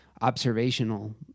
observational